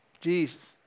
Jesus